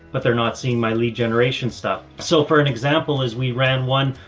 but they're not seeing my lead generation stuff. so for an example is we ran one,